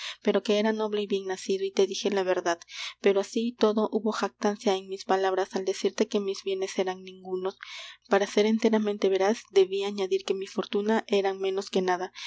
pero que era noble y bien nacido y te dije la verdad pero así y todo hubo jactancia en mis palabras al decirte que mis bienes eran ningunos para ser enteramente veraz debí añadir que mi fortuna era menos que nada